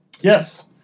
Yes